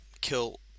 kill